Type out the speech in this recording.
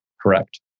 Correct